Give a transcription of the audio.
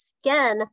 skin